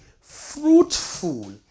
fruitful